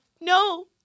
no